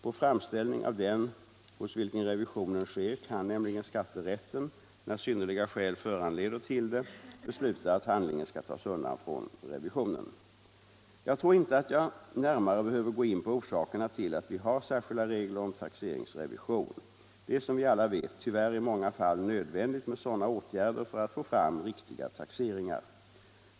På framställning av den hos vilken revisionen sker kan nämligen skatterätten, när synnerliga skäl föranleder till det, besluta att handlingen skall tas undan från revisionen. Jag tror inte att jag närmare behöver gå in på orsakerna till att vi har särskilda regler om taxeringsrevision. Det är som alla vet tyvärr i många fall nödvändigt med sådana åtgärder för att få fram riktiga taxeringar.